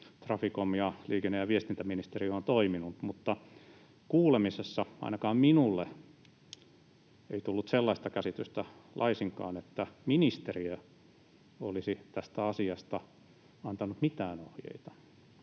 Traficom ja liikenne- ja viestintäministeriö ovat toimineet, mutta kuulemisessa ainakaan minulle ei tullut sellaista käsitystä laisinkaan, että ministeriö olisi tästä asiasta antanut mitään ohjeita.